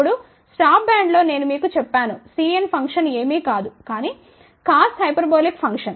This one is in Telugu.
ఇప్పుడు స్టాప్ బ్యాండ్లో నేను మీకు చెప్పాను Cn ఫంక్షన్ ఏమీ కాదు కాని కాస్ హైపర్బోలిక్ ఫంక్షన్